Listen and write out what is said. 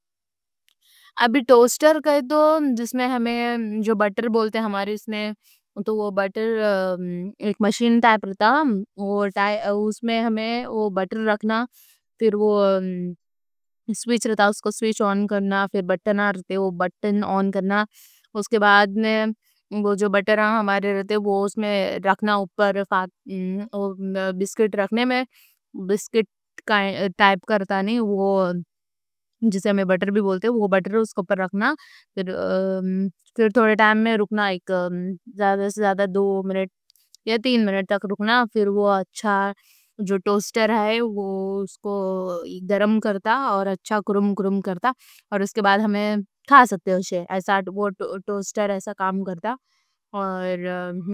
ٹوسٹر میں بٹر رکھنا ہے۔ ایک مشین ٹائپ رہتا ہے اس میں ہمیں بٹر رکھنا۔ پھر سوئچ رہتا، اس کو سوئچ آن کرنا۔ پھر بٹن رہتے، وہ بٹن آن کرنا۔ اس کے بعد وہ بٹر اس کے اوپر رکھنا۔ بسکٹ رہتا، بسکٹ رکھنے میں بسکٹ ٹائپ کا رہتا۔ جسے ہم بٹر بھی بولتے، وہ بٹر اس کے اوپر رکھنا۔ پھر تھوڑے ٹائم میں رکھنا۔ تین منٹ تک رکھنا، پھر وہ۔ جو ٹوسٹر ہے وہ اس کو گرم کرتا، اور اچھا۔ گرم گرم کرتا، اور اس کے بعد ہمیں کھا سکتے ہیں اسے۔ ٹوسٹر ایسا کام کرتا ہے۔